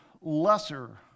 lesser